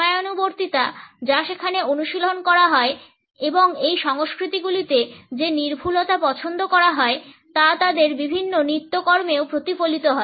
সময়ানুবর্তিতা যা সেখানে অনুশীলন করা হয় এবং এই সংস্কৃতিগুলিতে যে নির্ভুলতা পছন্দ করা হয় তা তাদের বিভিন্ন নিত্যকর্মেও প্রতিফলিত হয়